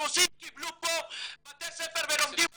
הרוסים קיבלו פה בתי ספר ולומדים רוסית,